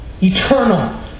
eternal